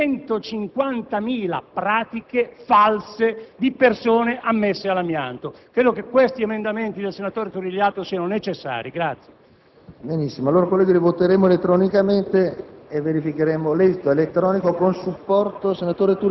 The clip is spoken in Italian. la coscienza sociale di questo Paese e per questo noi siamo impegnati a sostenere quello che la Commissione ha definito nella finanziaria, respingendo l'emendamento perché appunto